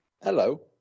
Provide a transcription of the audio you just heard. Hello